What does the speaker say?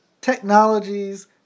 technologies